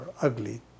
ugly